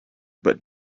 but